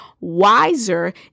wiser